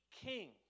king